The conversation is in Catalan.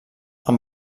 amb